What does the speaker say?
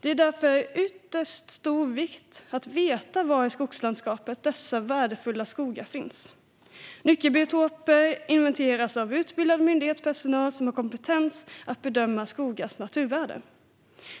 Det är därför av ytterst stor vikt att veta var i skogslandskapet dessa värdefulla skogar finns. Nyckelbiotoper inventeras av utbildad myndighetspersonal som har kompetens att bedöma skogars naturvärden.